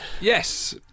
Yes